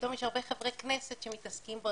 פתאום יש הרבה חברי כנסת שמתעסקים בו,